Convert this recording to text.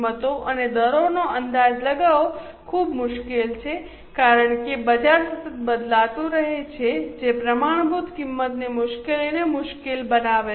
કિંમતો અને દરોનો અંદાજ લગાવવો ખૂબ મુશ્કેલ છે કારણ કે બજાર સતત બદલાતું રહે છે જે પ્રમાણભૂત કિંમતની મુશ્કેલીને મુશ્કેલ બનાવે છે